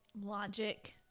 logic